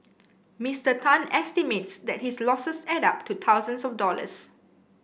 Mister Tan estimates that his losses add up to thousands of dollars